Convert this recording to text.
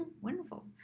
wonderful